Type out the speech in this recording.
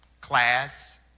class